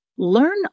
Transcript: Learn